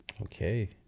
okay